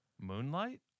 Moonlight